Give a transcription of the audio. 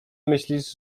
myślisz